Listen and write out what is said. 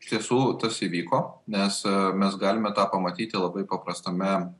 iš tiesų tas įvyko nes mes galime tą pamatyti labai paprastame